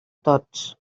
tots